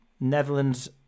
Netherlands